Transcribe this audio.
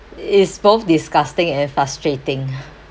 it's both disgusting and frustrating